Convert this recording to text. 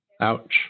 Ouch